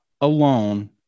alone